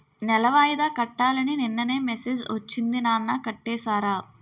నెల వాయిదా కట్టాలని నిన్ననే మెసేజ్ ఒచ్చింది నాన్న కట్టేసారా?